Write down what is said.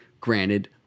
granted